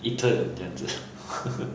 eaten 这样子